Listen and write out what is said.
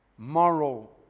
Moral